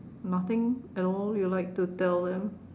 nothing at all you like to tell them